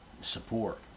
support